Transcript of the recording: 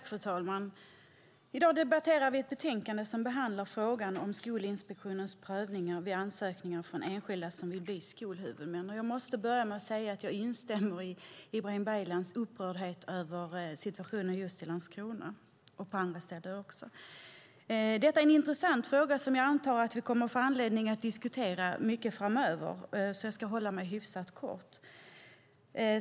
Fru talman! I dag debatterar vi ett betänkande som behandlar frågan om Skolinspektionens prövningar av ansökningar från enskilda som vill bli skolhuvudmän. Jag måste börja med att säga att jag instämmer i Ibrahim Baylans upprördhet över situationen i Landskrona och på andra ställen. Detta är en intressant fråga som jag antar att vi kommer att få anledning att diskutera mycket framöver, så jag ska hålla mig hyfsat kort.